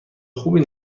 خوبی